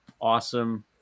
awesome